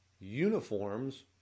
uniforms